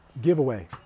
giveaway